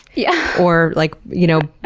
yeah or like you know,